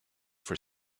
for